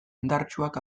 indartsuak